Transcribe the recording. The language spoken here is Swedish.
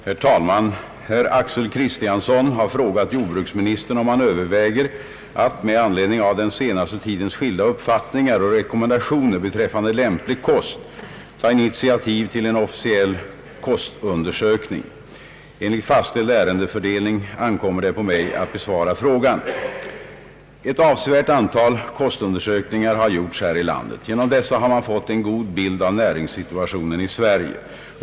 Herr talman! Herr Axel Kristiansson har frågat jordbruksministern om han överväger att, med anledning av den senaste tidens skilda uppfattningar och rekommendationer beträffande lämplig kost, ta initiativ till en officiell kostundersökning. Enligt fastställd ärendefördelning ankommer det på mig att besvara frågan. Ett avsevärt antal kostundersökningar har gjorts här i landet. Genom dessa har man fått en god bild av näringssituationen i Sverige.